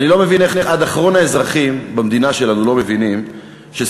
אני לא מבין איך עד אחרון האזרחים במדינה שלנו לא מבינים שסיפוח